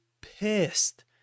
pissed